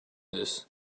this